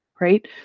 right